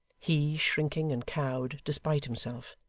he shrinking and cowed, despite himself